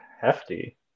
hefty